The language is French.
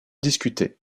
discutée